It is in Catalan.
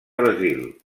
brasil